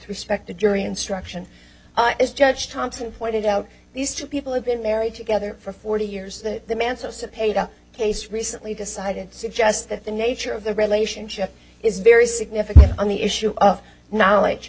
respect to jury instruction as judge thompson pointed out these two people have been married together for forty years the man sosa paid a case recently decided suggests that the nature of the relationship is very significant on the issue of knowledge